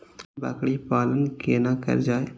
बकरी पालन केना कर जाय?